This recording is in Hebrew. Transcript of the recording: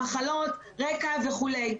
מחלות רקע וכולי.